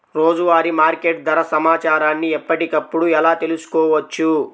రోజువారీ మార్కెట్ ధర సమాచారాన్ని ఎప్పటికప్పుడు ఎలా తెలుసుకోవచ్చు?